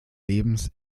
lebens